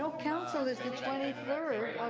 council is the twenty third